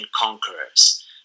Conquerors